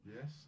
Yes